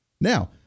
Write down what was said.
Now